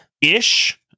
ish